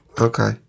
Okay